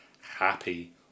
happy